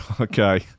okay